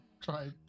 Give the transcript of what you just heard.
try